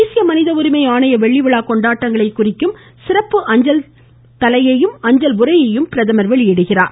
தேசிய மனித உரிமை ஆணைய வெள்ளிவிழா கொண்டாட்டங்களை குறிக்கும் சிறப்பு அஞ்சல் தலை மற்றும் அஞ்சல் உறையை பிரதமர் வெளியிடுகிறார்